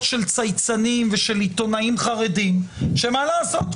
של צייצנים ושל עיתונאים חרדים שמה לעשות,